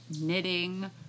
knitting